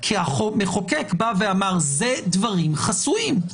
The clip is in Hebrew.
כי המחוקק אמר שאלה דברים חסויים.